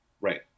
Right